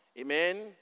amen